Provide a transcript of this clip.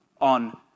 on